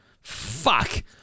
Fuck